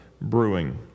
brewing